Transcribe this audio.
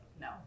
no